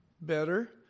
better